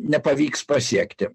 nepavyks pasiekti